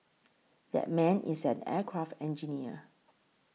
that man is an aircraft engineer